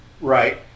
right